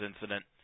incident